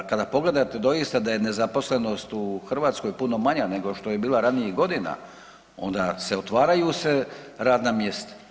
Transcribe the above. Kada pogledate doista da je nezaposlenost u Hrvatskoj puno manja nego što je bila ranijih godina onda se otvaraju se radna mjesta.